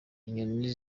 inyoni